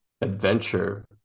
Adventure